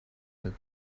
had